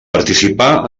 participà